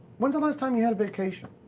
when's the last time you had a vacation?